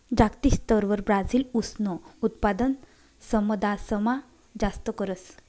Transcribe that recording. जागतिक स्तरवर ब्राजील ऊसनं उत्पादन समदासमा जास्त करस